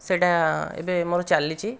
ସେଇଟା ଏବେ ମୋର ଚାଲିଛି